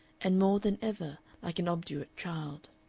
and more than ever like an obdurate child.